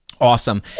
Awesome